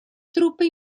truppe